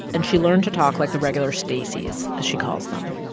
and she learned to talk like the regular staceys, as she calls them.